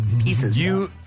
pieces